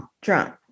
Drunk